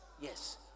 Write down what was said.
Yes